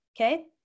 okay